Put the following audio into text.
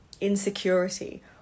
Insecurity